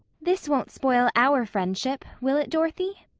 this won't spoil our friendship, will it, dorothy?